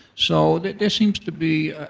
so there seems to be,